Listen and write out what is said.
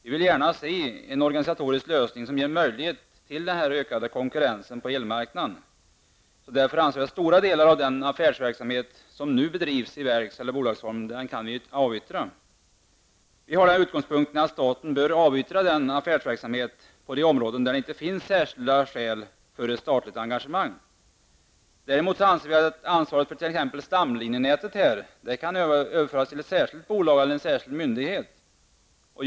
Vi vill gärna se en organisatorisk lösning som ger möjlighet till en ökad konkurrens på elmarknaden. Vi anser därför att stora delar av den affärsverksamhet som nu bedrivs i verks eller bolagsform kan avyttras. Vi har den utgångspunkten att staten bör avyttra sin affärsverksamhet på de områden där det inte finns särskilda skäl för ett statligt engagemang. Däremot anser vi att ansvaret för t.ex. stamlinjenätet kan överföras till ett särskilt bolag eller särskild myndighet.